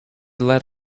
let